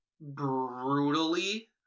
brutally